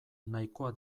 nahikoa